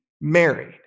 married